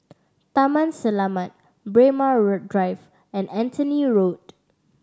Taman Selamat Braemar Drive and Anthony Road